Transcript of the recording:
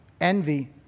Envy